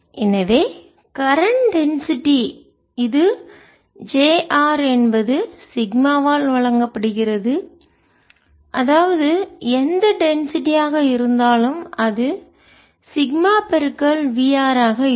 எனவே current density அடர்த்தி இது j r என்பது சிக்மாவால் வழங்கப்படுகிறது அதாவது எந்த டென்சிட்டி அடர்த்தி ஆக இருந்தாலும் அது சிக்மா V r ஆக இருக்கும்